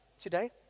today